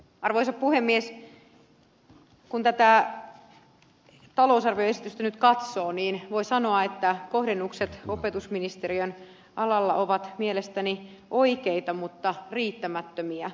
kun tätä talousarvioesitystä nyt katsoo niin voi sanoa että kohdennukset opetusministeriön alalla ovat mielestäni oikeita mutta riittämättömiä